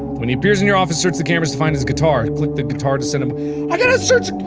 when he appears in your office search the cameras to find his guitar. click the guitar to send him i gotta search gahh!